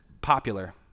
popular